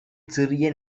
சிறிய